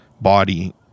body